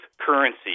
currency